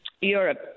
europe